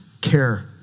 care